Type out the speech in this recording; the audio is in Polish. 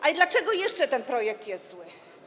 Ale dlaczego jeszcze ten projekt jest zły?